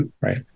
right